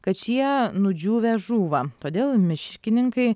kad šie nudžiūvę žūva todėl miškininkai